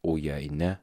o jei ne